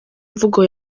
mvugo